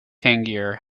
tangier